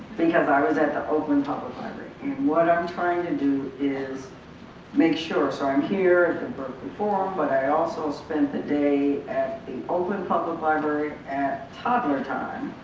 because i was at the oakland public library. and what i'm trying to do is make sure so i'm here at the berkeley forum but i also spent the day at the oakland public library at toddler time.